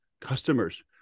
customers